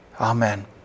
Amen